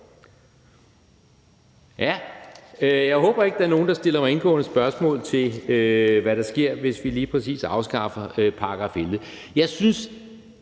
Ja, jeg håber ikke, at der er nogen, der stiller mig indgående spørgsmål til, hvad der sker, hvis vi lige præcis afskaffer § 11. Jeg synes